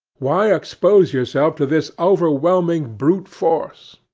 why expose yourself to this overwhelming brute force?